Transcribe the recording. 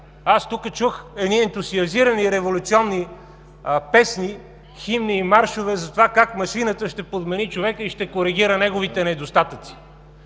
Тук чух едни ентусиазирани революционни песни, химни и маршове за това как машината ще подмени човека и ще коригира неговите недостатъци.